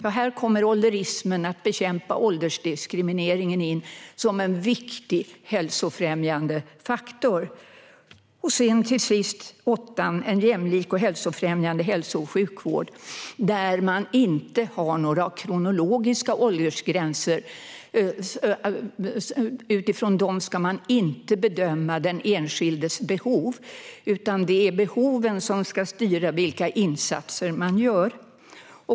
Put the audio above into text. Att bekämpa ålderismen, åldersdiskrimineringen, kommer här in som en viktig hälsofrämjande faktor. Till sist har vi målområde åtta, En jämlik och hälsofrämjande hälso och sjukvård. Man ska inte bedöma den enskildes behov utifrån kronologiska åldersgränser, utan det är behoven som ska styra vilka insatser man gör.